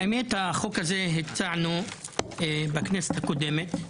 האמת, הצענו את החוק הזה בכנסת הקודמת.